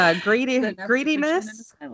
Greediness